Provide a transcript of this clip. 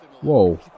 Whoa